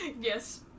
Yes